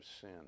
sin